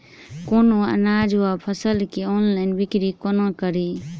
कोनों अनाज वा फसल केँ ऑनलाइन बिक्री कोना कड़ी?